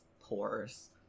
pores